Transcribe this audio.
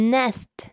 Nest